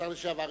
השר לשעבר עזרא,